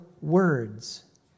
words